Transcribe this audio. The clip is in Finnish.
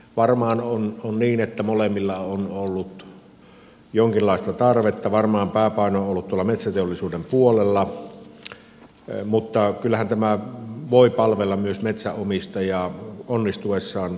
varmaan on niin että molemmilla on ollut jonkinlaista tarvetta varmaan pääpaino on ollut metsäteollisuuden puolella mutta kyllähän tämä voi palvella myös metsänomistajaa onnistuessaan kohtuullisen hyvin